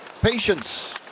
patience